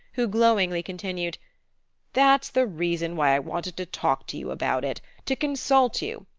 who glowingly continued that's the reason why i wanted to talk to you about it to consult you.